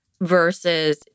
versus